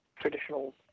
traditional